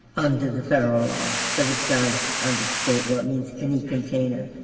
under the federal law, but it does under the state law it means any container.